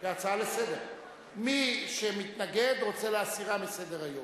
מי שמתנגד רוצה להסירה מסדר-היום.